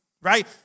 right